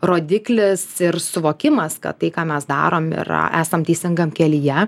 rodiklis ir suvokimas kad tai ką mes darom ir esam teisingam kelyje